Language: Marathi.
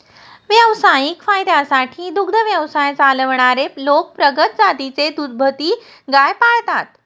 व्यावसायिक फायद्यासाठी दुग्ध व्यवसाय चालवणारे लोक प्रगत जातीची दुभती गाय पाळतात